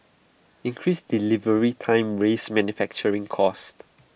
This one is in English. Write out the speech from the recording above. increased delivery times raise manufacturing costs